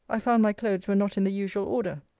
i found my cloaths were not in the usual order.